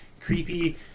creepy